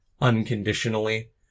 unconditionally